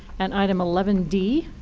and item eleven d,